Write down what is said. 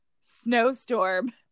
snowstorm